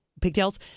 pigtails